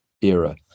era